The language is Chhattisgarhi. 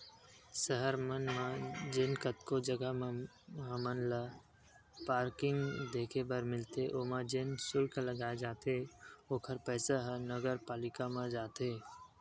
सहर मन म जेन कतको जघा म हमन ल पारकिंग देखे बर मिलथे ओमा जेन सुल्क लगाए जाथे ओखर पइसा ह नगरपालिका म जाथे